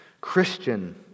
Christian